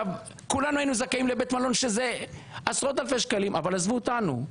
כולנו היינו זכאים לבית מלון שזה עשרות-אלפי שקלים אבל עזבו אותנו.